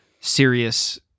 serious